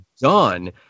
done